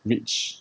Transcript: rich